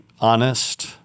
honest